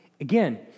Again